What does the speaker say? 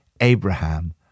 Abraham